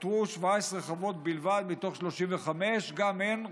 נוטרו 17 חוות בלבד מתוך 35. גם הן,